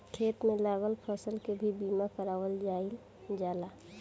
खेत में लागल फसल के भी बीमा कारावल जाईल जाला